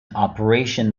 operation